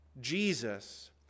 Jesus